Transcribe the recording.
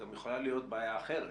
גם יכולה להיות בעיה אחרת.